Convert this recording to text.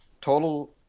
total